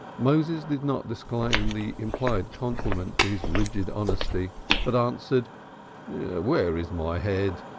moses did not disclaim the implied compliment to his rigid honesty but answered where is my head?